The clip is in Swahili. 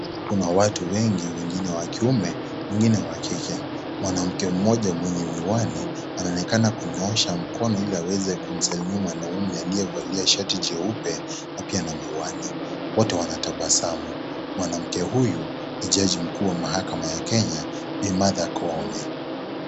Kuna watu wengi, wengine wa kiume, wengine wa kike, mwanamke mmoja mwenye miwani anaonekana kunyoosha mkono ili aweze kumsalimia mwanaume aliyevalia shati jeupe pia na miwani. Wote wanatabazamu, mwanamke huyu ni jaji mkuu wa mahakama ya Kenya Bi. Martha Koome.